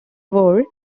wore